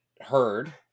heard